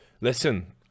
Listen